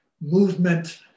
movement